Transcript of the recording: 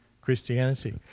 Christianity